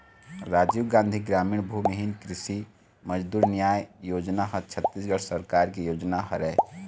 राजीव गांधी गरामीन भूमिहीन कृषि मजदूर न्याय योजना ह छत्तीसगढ़ सरकार के योजना हरय